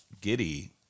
Giddy